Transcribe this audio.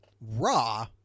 raw